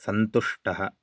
सन्तुष्टः